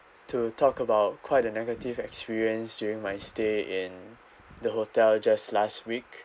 to talk about quite a negative experience during my stay in the hotel just last week